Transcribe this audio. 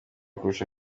kurusha